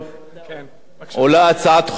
עולה לוועדת השרים הצעת חוק שלי בעניין